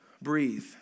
breathe